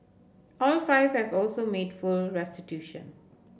all five have also made full restitution